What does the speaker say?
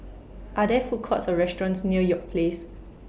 Are There Food Courts Or restaurants near York Place